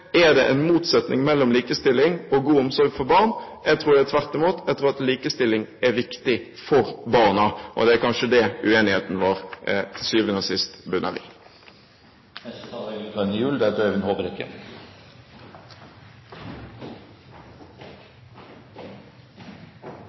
Er det en motsetning mellom likestilling og god omsorg for barn? Jeg tror det er tvert imot. Jeg tror at likestilling er viktig for barna. Det er kanskje det som uenigheten vår til syvende og sist